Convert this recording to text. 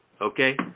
Okay